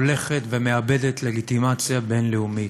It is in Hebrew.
הולכת ומאבדת לגיטימציה בין-לאומית.